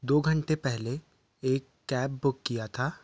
दो घंटे पहले एक कैब बुक किया था